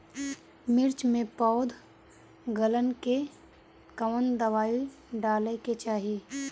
मिर्च मे पौध गलन के कवन दवाई डाले के चाही?